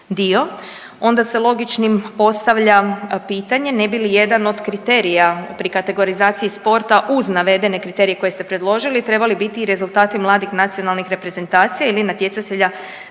onda se logičnim postavlja pitanje ne bi li jedan od kriterija pri kategorizaciji sporta uz navedene kriterije koje ste predložili trebali biti i rezultati mladih nacionalnih reprezentacija ili natjecatelja